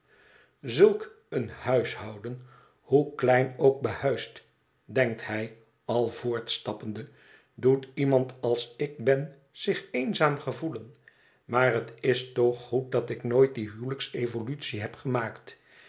zulk een huishouden hoe klein ook behuisd denkt hij al voortstappende doet iemand als ik ben zich eenzaam gevoelen maar het is toch goed dat ik nooit die huwelijks evolutie heb gemaakt